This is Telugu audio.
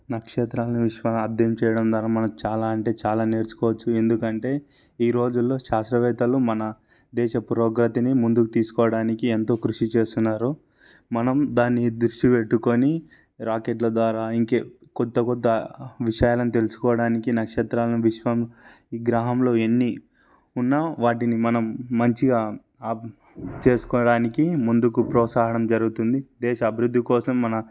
నక్షత్రాన్ని విశ్వనాథ్యం చేయడం ద్వారా మనకు చాలా అంటే చాలా నేర్చుకోవచ్చు ఎందుకంటే ఈ రోజుల్లో శాస్త్రవేత్తలు మన దేశ పురోగతిని ముందుకు తీసుకోవడానికి ఎంతో కృషి చేస్తున్నారు మనం దాన్ని దృష్టి పెట్టుకుని రాకెట్ల ద్వారా ఇంకె కొత్త కొత్త విషయాలను తెలుసుకోవడానికి నక్షత్రాలను విశ్వం గ్రహంలో ఎన్ని ఉన్నా వాటిని మనం మంచిగా చేసుకోవడానికి ముందుకు ప్రోత్సాహడం జరుగుతుంది దేశ అభివృద్ధి కోసం మన